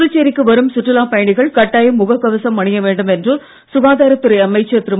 புதுச்சேரிக்கு வரும் சுற்றுலாப் பயணிகள் கட்டாயம் முக்க் கவசம் அணிய வேண்டும் என்று சுகாதாரத் துறை அமைச்சர் திரு